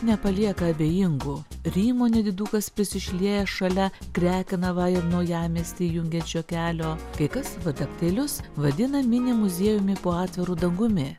nepalieka abejingų rymo nedidukas prisišliejęs šalia krekenavą ir naujamiestį jungiančio kelio kai kas vadaktėlius vadina mini muziejumi po atviru dangumi